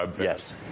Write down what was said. Yes